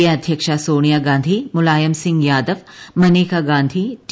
A അദ്ധ്യക്ഷ Sonia Gandhi Mulayam Singh Yadav Maneka Gandhi T